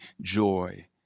joy